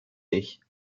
ich